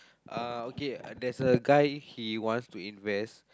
uh okay there's a guy he wants to invest